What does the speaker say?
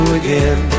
again